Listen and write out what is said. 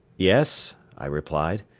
yes, i replied,